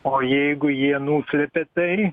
o jeigu jie nuslėpė tai